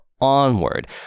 onward